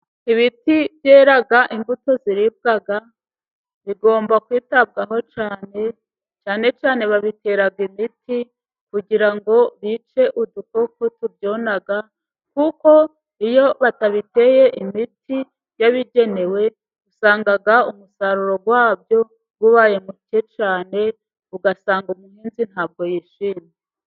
Ibiti byera imbuto ziribwa bigomba kwitabwaho cyane, cyane cyane babitera imiti kugira ngo bice udukoko tubyona, kuko iyo batabiteye imiti yabugenewe, usanga umusaruro wabyo ubaye muke cyane, ugasanga umuhinzi ntabwo yishimye.